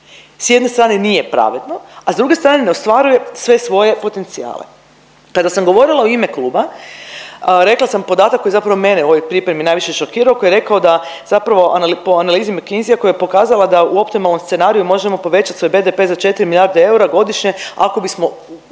s jedne strane nije pravedno, a s druge strane ne ostvaruje sve svoje potencijale. Kada sam govorila u ime kluba rekla sam podatak koji je zapravo mene u ovoj pripremi najviše šokirao, koji je rekao da zapravo, po analizi McKenzia koja je pokazala da u optimalnom scenariju možemo povećati svoj BDP za 4 milijarde eura godišnje ako bismo